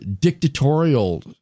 dictatorial